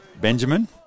Benjamin